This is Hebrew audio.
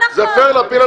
אחד.